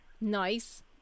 nice